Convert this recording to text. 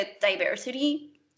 diversity